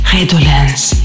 Redolence